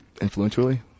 influentially